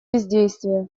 бездействие